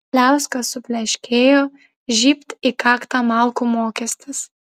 pliauska supleškėjo žybt į kaktą malkų mokestis